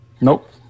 Nope